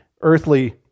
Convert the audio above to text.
earthly